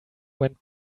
went